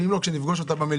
ואם לא אז כשאפגוש אותה במליאה.